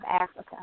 Africa